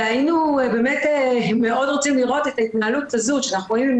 והיינו באמת מאוד רוצים לראות את ההתנהלות הזו שאנחנו רואים עם